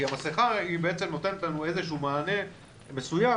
כי המסכה בעצם נותנת איזשהו מענה מסוים